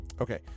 Okay